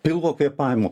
pilvo kvėpavimu